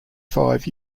five